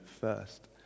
first